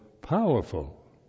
powerful